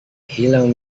hilang